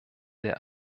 der